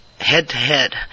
head-to-head